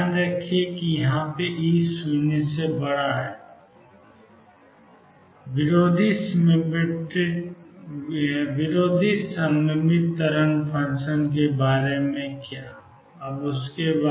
ध्यान रखें कि ई 0 विरोधी सिमिट्रिक तरंग फ़ंक्शन के बारे में कैसे